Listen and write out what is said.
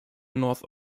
north